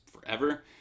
forever